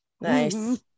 Nice